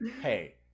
hey